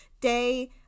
day